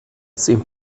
seemed